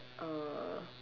uh